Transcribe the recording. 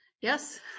Yes